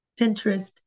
Pinterest